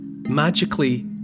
magically